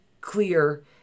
clear